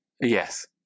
Yes